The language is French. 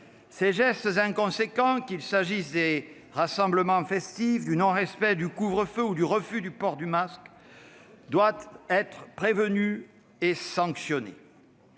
Ces gestes inconséquents, qu'il s'agisse des rassemblements festifs, du non-respect du couvre-feu ou du refus du port du masque, doivent être prévenus et sanctionnés.